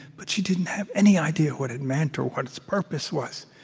but she didn't have any idea what it meant or what its purpose was.